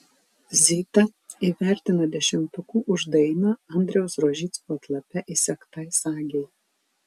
zitą įvertino dešimtuku už dainą andriaus rožicko atlape įsegtai sagei